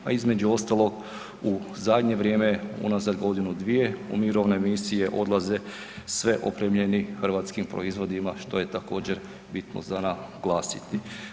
A između ostalog u zadnje vrijeme u nazad godinu, dvije u mirovne misije odlaze sve opremljeni hrvatskim proizvodima što je također bitno za naglasiti.